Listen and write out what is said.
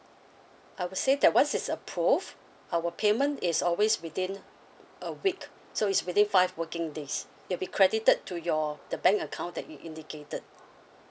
I would say that once it's approved our payment is always within a week so it's within five working days it'll be credited to your the bank account that you indicated